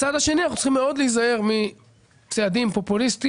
בצד השני אנחנו צריכים מאוד להיזהר מצעדים פופוליסטים,